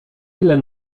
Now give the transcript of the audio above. ile